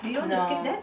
no